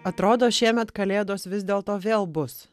atrodo šiemet kalėdos vis dėl to vėl bus